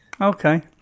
Okay